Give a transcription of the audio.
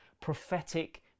prophetic